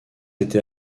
été